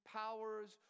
powers